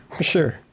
Sure